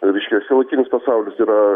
reiškia šiuolaikinis pasaulis yra